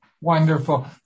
Wonderful